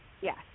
yes